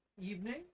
evening